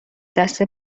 دست